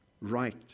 right